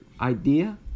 idea